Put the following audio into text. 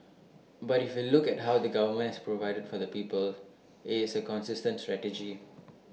but if you look at how the government has provided for the people IT is A consistent strategy